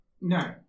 No